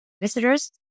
visitors